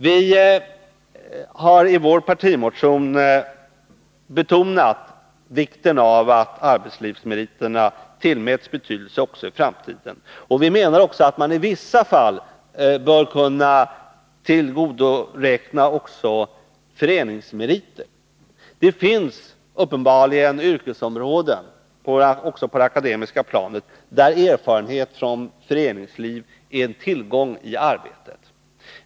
Vi har i vår partimotion betonat vikten av att arbetslivsmeriterna tillmäts betydelse också i framtiden. Vi menar dessutom att de sökande i vissa fall bör kunna tillgodoräkna sig också föreningsmeriter. Det finns uppenbarligen yrkesområden också på det akademiska planet där erfarenhet från föreningsliv är en tillgång i arbetet.